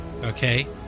Okay